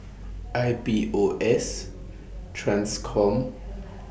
I P O S TRANSCOM